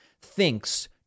thinks